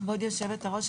כבוד יושבת הראש,